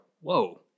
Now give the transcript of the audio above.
whoa